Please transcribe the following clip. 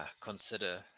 consider